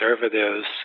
conservatives